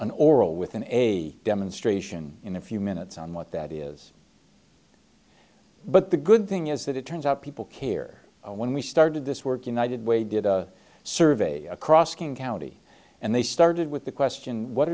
an oral within a demonstration in a few minutes on what that is but the good thing is that it turns out people care when we started this work united way did a survey across king county and they started with the question what